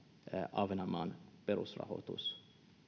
ahvenanmaan perusrahoitusta